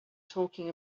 talking